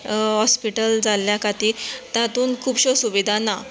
hospital जाल्यां खातीर तातुंत खुबश्यो सुविधा ना